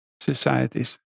Societies